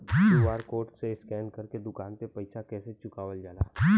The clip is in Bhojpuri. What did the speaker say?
क्यू.आर कोड से स्कैन कर के दुकान के पैसा कैसे चुकावल जाला?